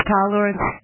tolerance